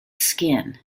skin